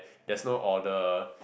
there's no order